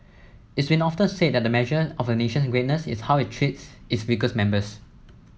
it's been often said that a measure of a nation's greatness is how it treats its weakest members